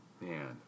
Man